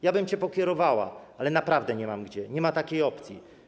Ja bym cię pokierowała, ale naprawdę nie mam gdzie, nie ma takiej opcji.